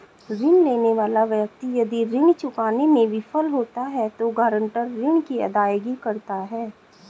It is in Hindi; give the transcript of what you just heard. ऋण लेने वाला व्यक्ति यदि ऋण चुकाने में विफल होता है तो गारंटर ऋण की अदायगी करता है